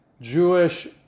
Jewish